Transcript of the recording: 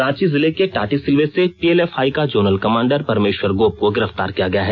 रांची जिले के टाटीसिलवे से पीएलएफआई का जोनल कमांडर परमेश्वर गोप को गिरफ्तार किया गया है